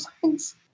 science